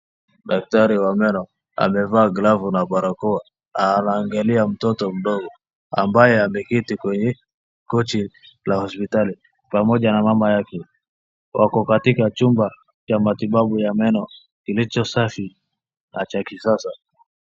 Daktari wa meno amevaa glavu na barakoa. Anaangalia mtoto mdogo ambaye ameketi kwenye kochi la hospitali pamoja na mama yake. Wako katika chumba cha matibabu ya meno kilicho safi na cha kisasa.